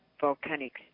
volcanic